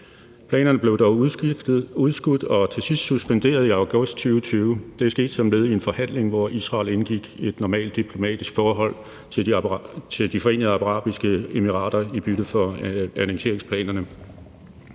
Planerne blev dog udskudt og til sidst suspenderet i august 2020. Det skete som led i en forhandling, hvor Israel indgik et normalt diplomatisk forhold til De Forenede Arabiske Emirater i bytte for annekteringsplanerne.